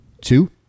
two